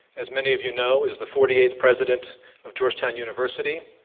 as many of you know, is the forty eighth president of georgetown university,